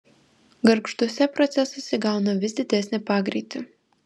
gargžduose procesas įgauna vis didesnį pagreitį